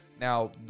Now